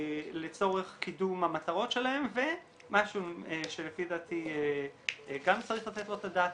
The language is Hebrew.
לצורך קידום המטרות שלהם ומשהו שלפי דעתי גם צריך לתת לו את הדעת,